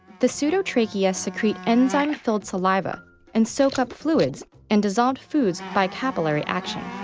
the pseudotracheae secrete enzyme-filled saliva and soak up fluids and dissolved foods by capillary action.